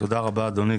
תודה רבה אדוני,